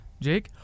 Jake